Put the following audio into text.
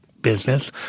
business